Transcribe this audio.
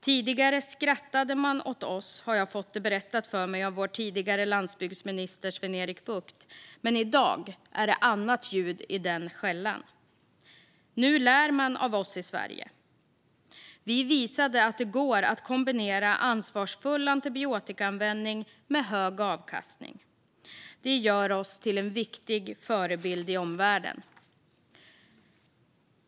Tidigare skrattade man åt oss, har jag fått det berättat för mig av vår tidigare landsbygdsminister Sven-Erik Bucht. Men i dag är det annat ljud i skällan; nu lär man av oss i Sverige. Vi visade att det går att kombinera ansvarsfull antibiotikaanvändning med hög avkastning. Det gör oss till en viktig förebild i omvärlden.